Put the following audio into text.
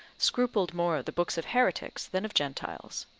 scrupled more the books of heretics than of gentiles.